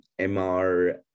MR